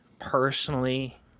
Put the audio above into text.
personally